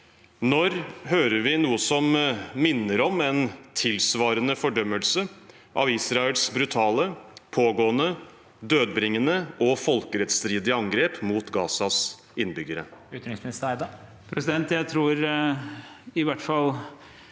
Når hører vi noe som minner om en tilsvarende fordømmelse av Israels brutale, pågående, dødbringende og folkerettsstridige angrep mot Gazas innbyggere?